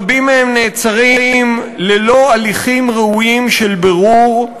רבים מהם נעצרים ללא הליכים ראויים של בירור,